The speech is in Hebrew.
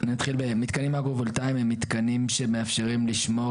נתחיל במתקנים אגרו-וולטאים הם מתקנים שמאפשרים לשמור